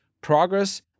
Progress